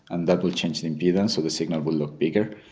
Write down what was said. and that will change the impedance, so the signal will look bigger.